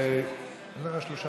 הצעות